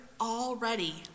already